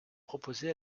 proposé